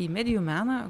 į medijų meną